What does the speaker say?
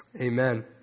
Amen